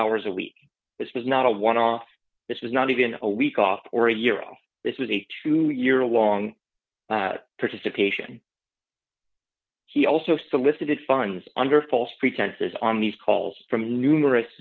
hours a week was not a one off this is not even a week off or a year and this was a two year long participation he also solicited funds under false pretenses on these calls from numerous